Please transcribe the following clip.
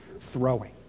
throwing